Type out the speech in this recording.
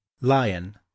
Lion